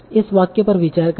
इस वाक्य पर विचार करें